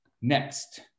Next